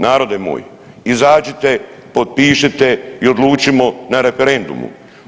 Narode moj, izađite, potpišite i odlučimo na referendumu.